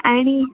आणि